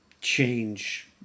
change